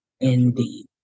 indeed